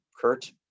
Kurt